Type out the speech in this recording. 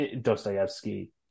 Dostoevsky